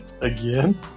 again